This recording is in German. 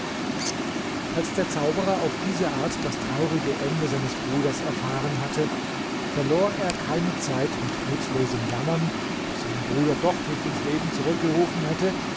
als der zauberer auf diese art das traurige ende seines bruders erfahren hatte verlor er keine zeit mit nutzlosem jammern das seinen bruder doch nicht ins leben zurückgerufen hätte